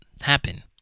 happen